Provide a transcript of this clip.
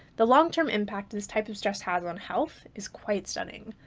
the long-term impact this type of stress has on health is quite stunning.